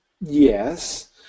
Yes